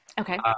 Okay